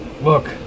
Look